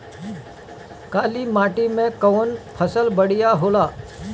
काली माटी मै कवन फसल बढ़िया होला?